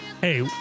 Hey